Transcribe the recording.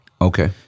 Okay